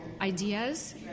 ideas